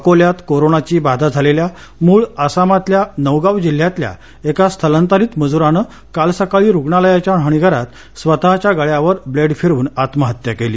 अकोल्यात कोरोनाची बाधा झालेल्या मूळ आसामातल्या नौगाव जिल्ह्यातल्या एका स्थलातरीत मजुरान काल सकाळी रुग्णालयाच्या न्हाणीघरात स्वतच्या गळ्यावर ब्लेड फिरवून आत्महत्या केली